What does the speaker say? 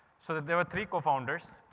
so there were three co-founders.